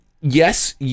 Yes